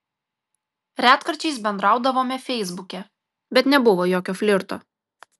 retkarčiais bendraudavome feisbuke bet nebuvo jokio flirto